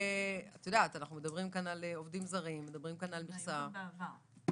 - אני מחליטה לגבי הנושאים של הדיון,